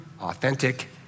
authentic